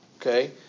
okay